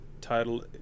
title